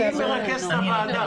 מי מרכז את הוועדה?